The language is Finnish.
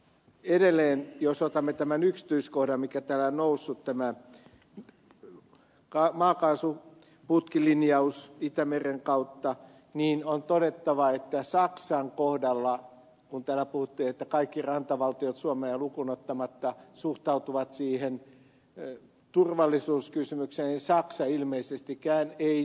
edelleen jos otamme tämän yksityiskohdan mikä täällä on noussut tämä maakaasuputkilinjaus itämeren kautta niin on todettava että saksan kohdalla kun täällä puhuttiin että kaikki rantavaltiot suomea lukuun ottamatta suhtautuvat siihen turvallisuuskysymyksenä niin saksa ilmeisestikään ei suhtaudu